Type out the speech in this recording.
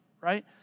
right